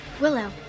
Willow